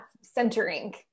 Centering